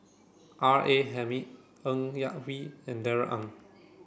R A Hamid Ng Yak Whee and Darrell Ang